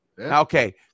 Okay